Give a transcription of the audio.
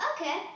Okay